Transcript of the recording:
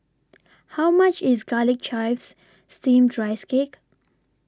How much IS Garlic Chives Steamed Rice Cake